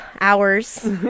hours